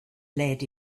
lead